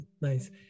nice